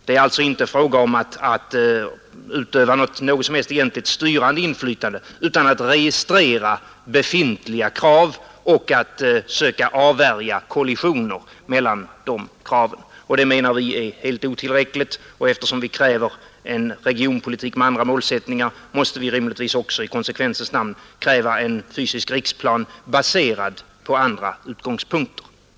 Det är alltså inte fråga om att utöva något som helst egentligt styrande inflytande utan att registrera befintliga krav och att söka avvärja kollisioner mellan de kraven. Det anser vi emellertid vara helt otillräckligt, och eftersom vi kräver en regionpolitik med andra målsättningar måste vi rimligtvis också i konsekvensens namn kräva en fysisk riksplan baserad på andra utgångspunkter.